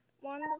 one